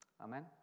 Amen